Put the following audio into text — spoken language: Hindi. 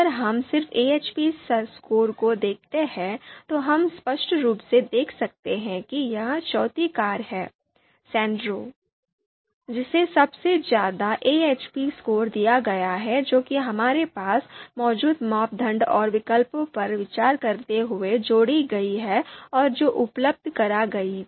अगर हम सिर्फ AHP स्कोर को देखते हैं तो हम स्पष्ट रूप से देख सकते हैं कि यह चौथी कार है Sandero जिसे सबसे ज्यादा AHP स्कोर दिया गया है जो कि हमारे पास मौजूद मापदंड और विकल्पों पर विचार करते हुए जोड़ी गई है और जो उपलब्ध कराई गई थी